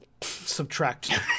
Subtract